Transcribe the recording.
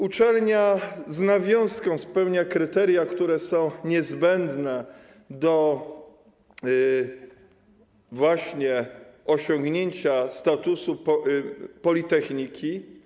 Uczelnia z nawiązką spełnia kryteria, które są niezbędne właśnie do osiągnięcia statusu politechniki.